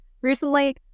Recently